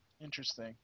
Interesting